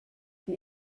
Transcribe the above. die